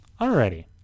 Alrighty